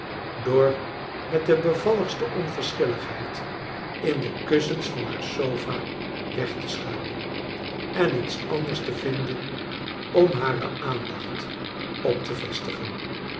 door met de bevalligste onverschilligheid in de kussens van haar sofa weg te schuilen en iets anders te vinden om hare aandacht op te vestigen